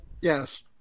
Yes